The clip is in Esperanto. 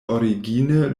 origine